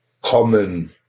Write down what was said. common